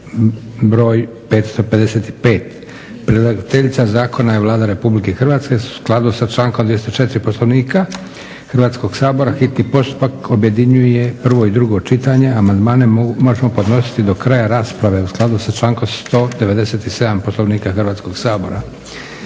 br. 555 Predlagateljica zakona je Vlada Republike Hrvatske. U skladu sa člankom 204. Poslovnika Hrvatskog sabora hitni postupak objedinjuje prvo i drugo čitanje. Amandmani se mogu podnositi do kraja rasprave u skladu s člankom 197. Poslovnika Hrvatskog sabora.